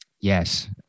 Yes